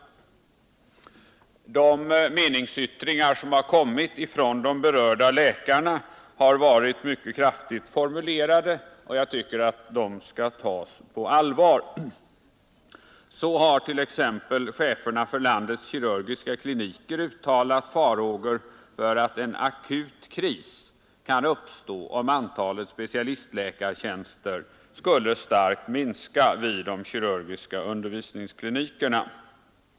De meningsyttringar som kommit från de berörda läkarna har varit mycket kraftigt formulerade, och jag tycker att de skall tas på allvar. Så har t.ex. cheferna för landets kirurgiska kliniker uttalat farhågor för att en akut kris kan uppstå om antalet specialistläkartjänster skulle starkt minska vid de kirurgiska undervisningsklinikerna.